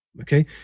Okay